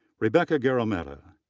rebecca gerometta,